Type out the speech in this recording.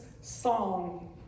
song